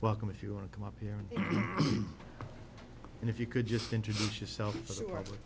welcome if you want to come up here and if you could just introduce yourself